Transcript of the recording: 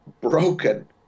broken